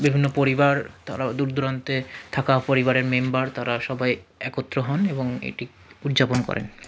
বিভিন্ন পরিবার তারা দূর দূরান্তে থাকা পরিবারের মেম্বার তারা সবাই একত্র হন এবং এটি উদযাপন করেন